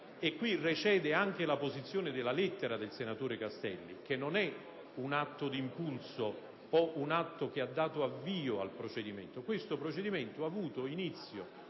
caso recede anche la posizione della lettera del senatore Castelli, che non è un atto di impulso o che ha dato avvio al procedimento. Il procedimento ha avuto inizio